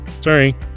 sorry